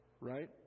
right